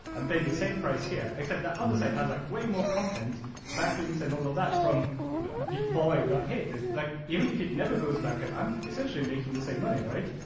i'm paying the same price here except the other side has like way more content backlinks and all of that from before i got hit is like even if it never goes back up, i'm essentially making the same money right?